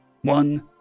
one